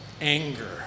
anger